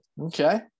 Okay